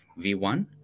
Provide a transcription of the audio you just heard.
V1